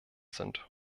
sind